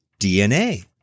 DNA